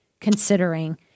considering